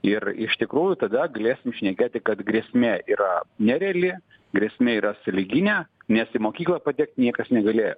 ir iš tikrųjų tada galėsim šnekėti kad grėsmė yra ne reali grėsmė yra sąlyginė nes į mokyklą patekti niekas negalės